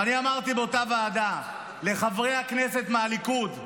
ואני אמרתי באותה ועדה לחברי הכנסת מהליכוד: